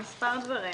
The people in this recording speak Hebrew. יש לי מספר דברים.